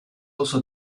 also